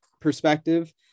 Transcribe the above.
perspective